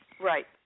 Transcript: Right